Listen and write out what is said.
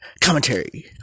Commentary